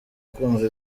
kumva